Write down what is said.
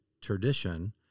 tradition